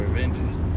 Avengers